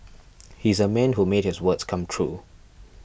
he's a man who made his words come true